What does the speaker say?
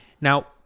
Now